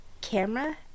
Camera